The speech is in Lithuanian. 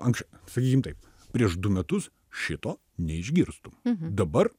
anksčiau sakykim taip prieš du metus šito neišgirstų dabar